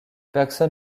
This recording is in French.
bergson